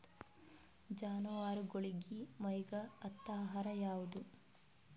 ಜಾನವಾರಗೊಳಿಗಿ ಮೈಗ್ ಹತ್ತ ಆಹಾರ ಯಾವುದು?